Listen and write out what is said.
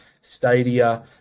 stadia